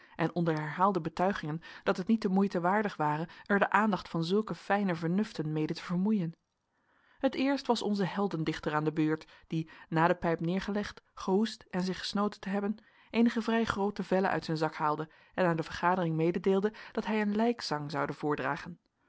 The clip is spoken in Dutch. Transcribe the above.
en onder herhaalde betuigingen dat het niet de moeite waardig ware er de aandacht van zulke fijne vernuften mede te vermoeien het eerst was onze heldendichter aan de beurt die na de pijp neergelegd gehoest en zich gesnoten te hebben eenige vrij groote vellen uit zijn zak haalde en aan de vergadering mededeelde dat hij een lijkzang zoude voordragen